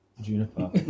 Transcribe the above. Juniper